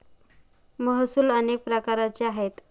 महसूल अनेक प्रकारचे आहेत